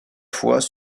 fois